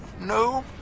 No